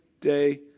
day